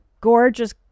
gorgeous